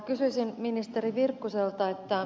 kysyisin ministeri virkkuselta